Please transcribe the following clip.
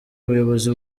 ubuyobozi